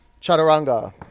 chaturanga